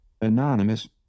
Anonymous